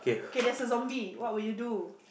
okay there's a zombie what will you do